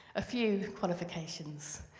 a few qualifications.